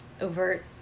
overt